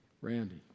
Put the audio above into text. Randy